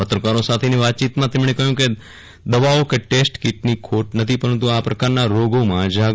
પત્રકારો સાથેની વાતચીતમાં તેમણે કહ્યું કે દવાઓ કે ટેસ્ટ કીટની ખોટ નથી પરંતુ આ પ્રકારના રોગોમાં જાગૃતિ ખૂબ જ જરૂરી છે